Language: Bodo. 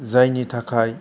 जायनि थाखाय